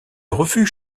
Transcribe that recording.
refuge